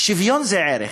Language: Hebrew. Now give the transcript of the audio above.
שוויון זה ערך,